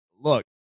look